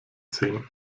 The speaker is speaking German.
sehen